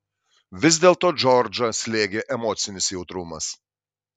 vis dėlto džordžą slėgė emocinis jautrumas